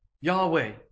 Yahweh